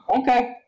Okay